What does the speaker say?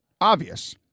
obvious